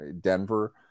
Denver